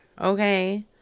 Okay